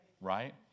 Right